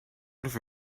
for